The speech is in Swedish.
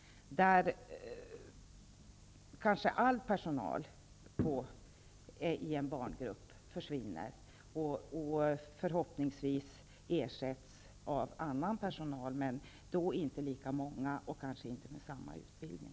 Kanske all personal i en barngrupp försvinner. Förhoppningsvis ersätts den av annan personal, men då kanske inte med lika stor personal eller med personal som har samma utbildning.